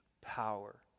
power